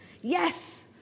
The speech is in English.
Yes